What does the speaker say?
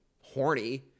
horny